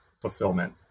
fulfillment